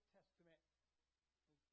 Testament